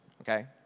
okay